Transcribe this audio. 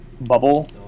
bubble